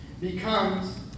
becomes